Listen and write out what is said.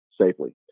safely